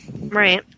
Right